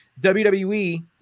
WWE